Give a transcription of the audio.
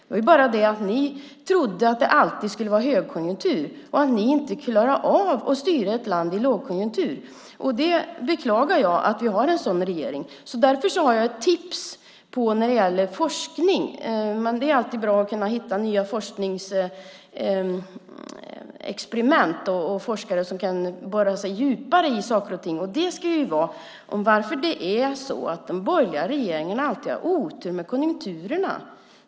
Det var bara det att ni trodde att det alltid skulle vara högkonjunktur och att ni inte klarar av att styra ett land i lågkonjunktur. Jag beklagar att vi har en sådan regering. Därför har jag ett tips när det gäller forskning. Det är alltid bra att kunna hitta nya forskningsexperiment och forskare som kan borra sig djupare i saker och ting, till exempel i varför det är så att den borgerliga regeringen alltid har otur med konjunkturerna.